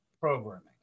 programming